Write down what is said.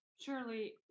Surely